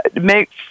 makes